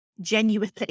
Genuinely